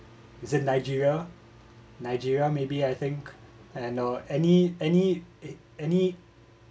is it nigeria nigeria maybe I think and uh any any any